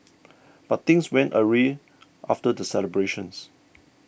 but things went awry after the celebrations